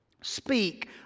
speak